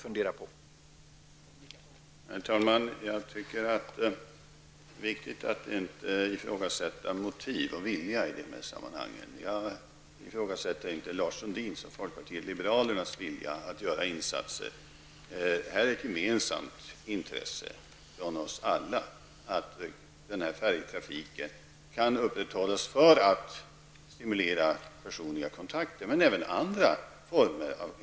Herr talman! Jag tycker det är viktigt att inte ifrågasätta motiv och vilja i detta sammanhang. Jag ifrågasätter inte Lars Sundins och folkpartiet liberalernas vilja att göra insatser. Vi har alla ett gemensamt intresse av att den här färjetrafiken kan upprätthållas för att stimulera till personliga kontakter men även till andra former av kontakter.